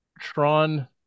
tron